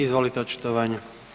Izvolite očitovanje.